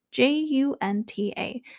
J-U-N-T-A